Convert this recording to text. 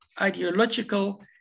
ideological